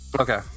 Okay